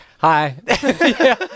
Hi